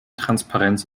transparenz